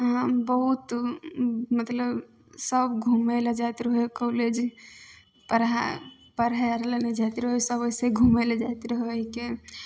अऽ बहुत मतलब सभ घुमय लए जाइत रहै हइ कॉलेज पढ़ाइ पढ़य आर लए नहि जाइत रहै सभ ओइसँ घुमै लए जाइत रहै हइके